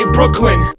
Brooklyn